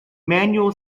manual